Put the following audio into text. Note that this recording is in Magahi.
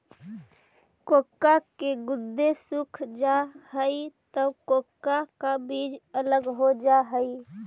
कोकोआ के गुदे सूख जा हई तब कोकोआ का बीज अलग हो जा हई